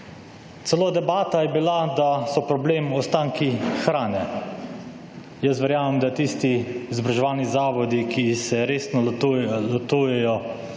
Celo debata je bila, da so problem ostanki hrane. Jaz verjamem, da tisti izobraževalni zavodi, ki se resno lotujejo